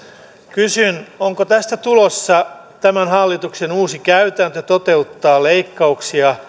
kysyn onko tästä tulossa tämän hallituksen uusi käytäntö toteuttaa leikkauksia